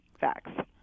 facts